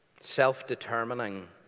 self-determining